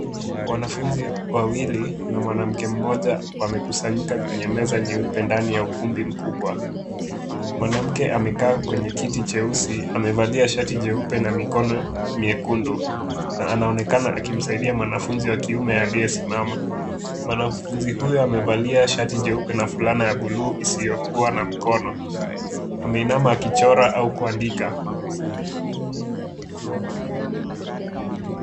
Wanafunzi wawili na mwanamke mmoja wamekusanyika kwenye meza nyeupe ndani ya ukumbi mkubwa. Mwanamke amekaa kwenye kiti cheusi, amevalia shati jeupe na mikono miekundu na anaonekana akimsaidia mwanafunzi wa kiume aliyesimama. Mwanafunzi huyo amevalia shati jeupe na fulana ya bluu isiyokuwa na mkono. Ameinama akichora au kuandika.